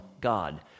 God